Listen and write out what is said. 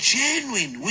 genuine